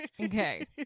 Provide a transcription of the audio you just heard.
Okay